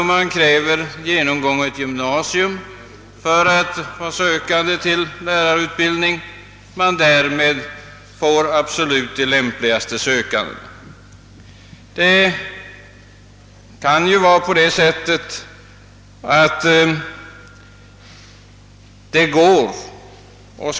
Men det är ingen garanti för att man erhåller de lämpligaste sökandena genom att kräva genomgånget gymnasium.